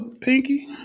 Pinky